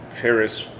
Paris